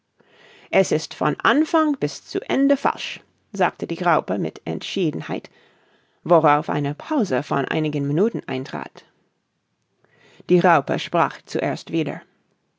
es ist von anfang bis zu ende falsch sagte die raupe mit entschiedenheit worauf eine pause von einigen minuten eintrat die raupe sprach zuerst wieder